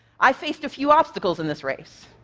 i faced a few obstacles in this race.